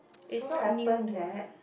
so happen that